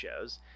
shows